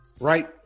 Right